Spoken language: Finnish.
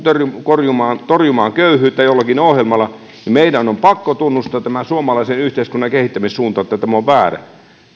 torjumaan torjumaan köyhyyttä jollakin ohjelmalla niin meidän on pakko tunnustaa että tämä suomalaisen yhteiskunnan kehittämissuunta on väärä